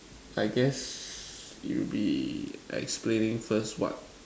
I guess you be explaining first what